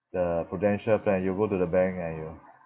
the prudential plan you go to the bank and you